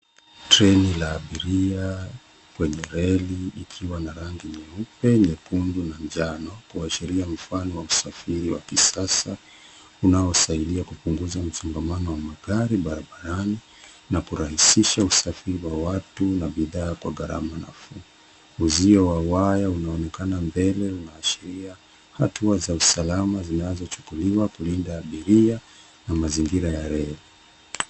Treni la abiria kwenye reli ikiwa na rangi nyeupe, nyekundu na njano kuashiria mfano wa usafiri wa kisasa unaosaidia kupunguza msongamano wa magari barabarani na kurahisisha usafiri wa watu na bidhaa kwa gharama nafuu. Uzio wa waya unaonekana mbele unaashiria hatua za usalama zinazochukuliwa kulinda abiria na mazingira ya reli.